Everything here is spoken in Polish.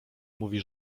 mówi